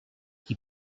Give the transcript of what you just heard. qui